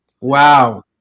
Wow